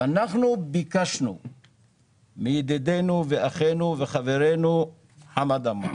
אנחנו ביקשנו מידידנו, אחינו וחברנו חמד עמאר